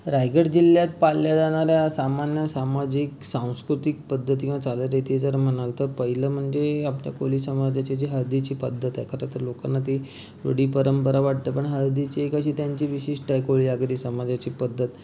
रायगड जिल्ह्यात पाळल्या जाणाऱ्या सामान्य सामाजिक सांस्कृतिक पद्धती वा चालीरिती जर म्हणाल तर पहिलं म्हणजे आमच्या कोळी समाजाची जी हळदीची पद्धत आहे खरंतर लोकांना ती रूढीपरंपरा वाटतं पण हळदीची एक अशी त्यांची विशिष्ट आहे कोळी आगरी समाजाची पद्धत